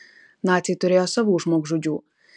naciai turėjo savų žmogžudžių